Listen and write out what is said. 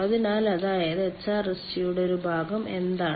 അതിനാൽ അതായത് HRSG യുടെ ഒരു ഭാഗം എന്താണ്